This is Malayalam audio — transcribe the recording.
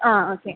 ആ ഓക്കെ